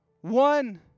one